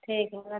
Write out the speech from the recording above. ठीक है